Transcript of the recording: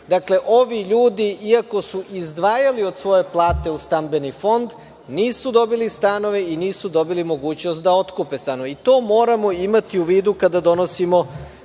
Dakle, ovi ljudi iako su izdvajali od svoje plate u stambeni fond nisu dobili stanove i nisu dobili mogućnost da otkupe stanove. To moramo imati u vidu kada donosimo